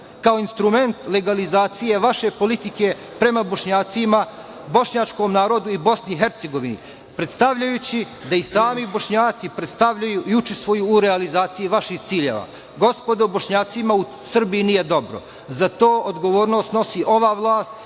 kao instrument legalizacije vaše politike prema Bošnjacima, bošnjačkom narodu i Bosni i Hercegovini, predstavljajući da i sami Bošnjaci predstavljaju i učestvuju u realizaciji vaših ciljeva. Gospodo, Bošnjacima u Srbiji nije dobro. Za to odgovornost snosi ova vlast